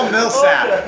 Millsap